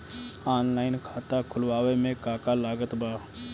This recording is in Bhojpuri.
ऑनलाइन खाता खुलवावे मे का का लागत बा?